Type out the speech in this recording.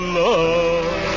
love